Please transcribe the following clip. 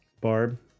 Barb